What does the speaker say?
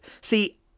See